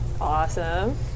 Awesome